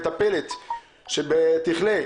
מטפלת שתחלה,